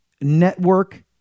network